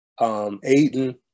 Aiden